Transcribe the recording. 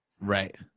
Right